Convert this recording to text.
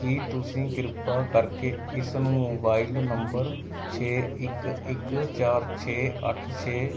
ਕੀ ਤੁਸੀਂ ਕਿਰਪਾ ਕਰਕੇ ਇਸ ਨੂੰ ਮੋਬਾਈਲ ਨੰਬਰ ਛੇ ਇੱਕ ਇੱਕ ਚਾਰ ਛੇ ਅੱਠ ਛੇ